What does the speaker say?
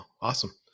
awesome